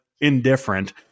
indifferent